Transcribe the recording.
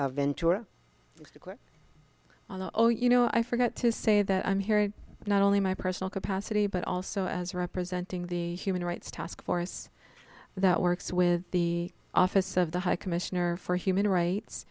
ms ventura quit oh you know i forgot to say that i'm hearing not only my personal capacity but also as representing the human rights taskforce that works with the office of the high commissioner for human rights